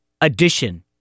addition